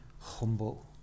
humble